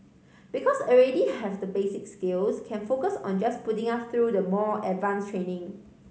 because already have the basic skills can focus on just putting us through the more advance training